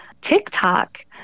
TikTok